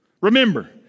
Remember